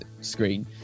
screen